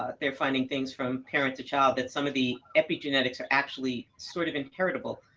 they're finding things from parent to child, that some of the epigenetics are actually sort of inheritable,